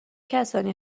کسانی